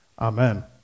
Amen